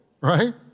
Right